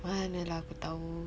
mana lah aku tahu